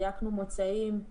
דייקנו מוצאים.